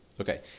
okay